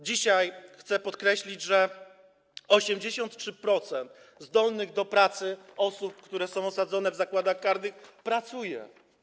Dzisiaj chcę podkreślić, że 83% zdolnych do pracy osób, które są osadzone w zakładach karnych, pracuje.